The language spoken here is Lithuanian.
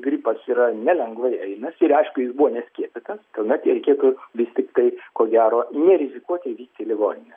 gripas yra nelengvai einasi ir aišku jis buvo neskiepytas tuomet reikėtų vis tiktai ko gero nerizikuoti ir vykti į ligoninę